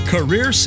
Career